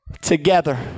together